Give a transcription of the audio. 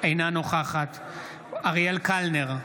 אינה נוכחת אריאל קלנר,